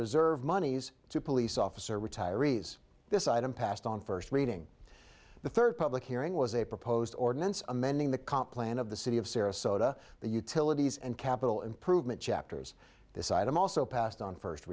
reserve monies to police officer retirees this item passed on first reading the third public hearing was a proposed ordinance amending the comp plan of the city of sarasota the utilities and capital improvement chapters this item also passed on first